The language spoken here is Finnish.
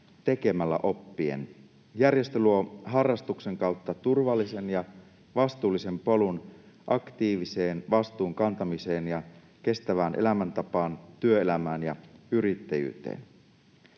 tekemällä oppien. Järjestö luo harrastuksen kautta turvallisen ja vastuullisen polun aktiiviseen vastuunkantamiseen ja kestävään elämäntapaan, työelämään ja yrittäjyyteen.